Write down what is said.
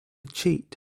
cheat